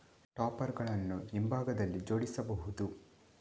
topper ಗಳನ್ನು ಹಿಂಭಾಗದಲ್ಲಿ ಜೋಡಿಸಬಹುದು